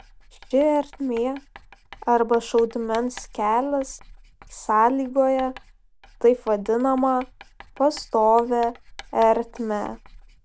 ši ertmė arba šaudmens kelias sąlygoja taip vadinamą pastovią ertmę